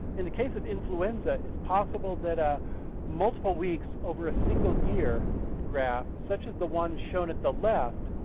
in the case of influenza, it's possible that ah multiple weeks over a single year graph, such as the one shown at the left